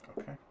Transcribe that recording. Okay